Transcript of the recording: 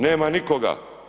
Nema nikoga.